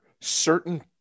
certain